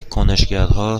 کنشگرها